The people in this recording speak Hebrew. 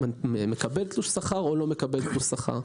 מקבלים תלוש שכר או לא מקבלים תלוש שכר.